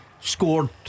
Scored